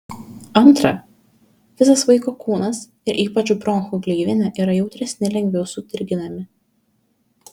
antra visas vaiko kūnas ir ypač bronchų gleivinė yra jautresni lengviau sudirginami